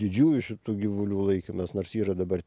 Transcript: didžiųjų šitų gyvulių laikymas nors yra dabar